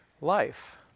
life